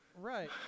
Right